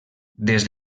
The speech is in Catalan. des